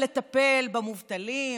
לטפל במובטלים,